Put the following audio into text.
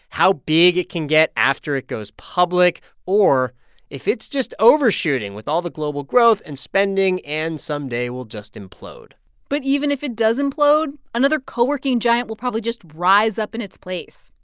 how big it can get after it goes public or if it's just overshooting with all the global growth and spending and, someday, will just implode but even if it does implode, another coworking giant will probably just rise up in its place.